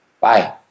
Bye